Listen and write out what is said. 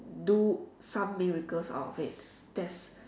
do some miracles out of it that's